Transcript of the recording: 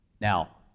Now